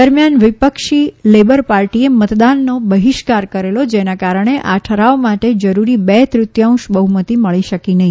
દરમિયાન વિપક્ષી લેબર પાર્ટીએ મતદાનનો બહિષ્કાર કરેલો જેના કારણે આ ઠરાવ માટે જરૂરી બે તૃતિયાંશ બહ્મતી મળી શકી નહી